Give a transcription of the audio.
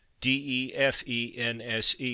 DEFENSE